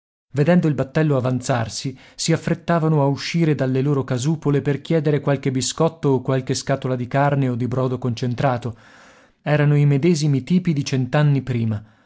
vedendo il battello avanzarsi si affrettavano a uscire dalle loro casupole per chiedere qualche biscotto o qualche scatola di carne o di brodo concentrato erano i medesimi tipi di cent'anni prima